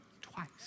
twice